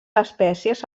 espècies